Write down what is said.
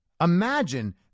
Imagine